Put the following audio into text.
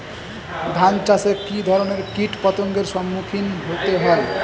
ধান চাষে কী ধরনের কীট পতঙ্গের সম্মুখীন হতে হয়?